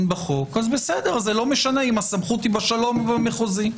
בחוק אז לא משנה אם הסמכות היא בשלום או במחוזי.